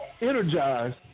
energized